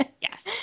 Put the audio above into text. Yes